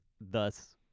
thus